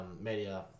media